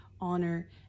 honor